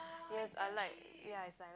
yes I like ya